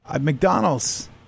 McDonald's